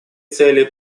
цели